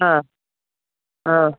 ആ ആ